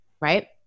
right